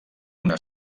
una